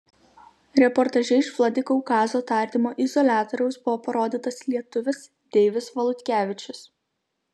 reportaže iš vladikaukazo tardymo izoliatoriaus buvo parodytas lietuvis deivis valutkevičius